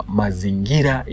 mazingira